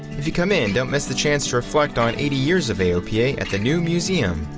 if you come in, don't miss the chance to reflect on eighty years of aopa at the new museum.